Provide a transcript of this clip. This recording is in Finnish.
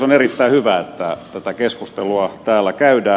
on erittäin hyvä että tätä keskustelua täällä käydään